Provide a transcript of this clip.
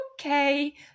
okay